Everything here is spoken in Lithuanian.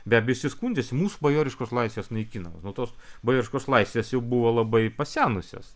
be abejo jisai skundžiasi mūsų bajoriškos laisvės naikinamos nuo tos bajoriškos laisvės jau buvo labai pasenusios